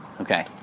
Okay